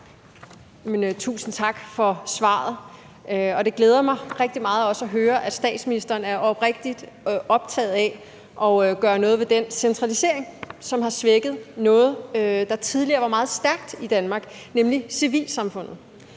Tusind tak for svaret. Det glæder mig rigtig meget at høre, at statsministeren er oprigtigt optaget af at gøre noget ved den centralisering, som har svækket noget, der tidligere var meget stærkt i Danmark, nemlig civilsamfundet.